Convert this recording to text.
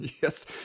Yes